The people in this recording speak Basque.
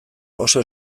oso